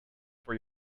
for